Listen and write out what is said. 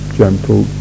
gentle